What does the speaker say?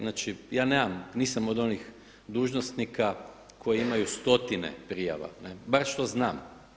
Znači ja nemam, nisam od onih dužnosnika koji imaju stotine prijava barem što znam.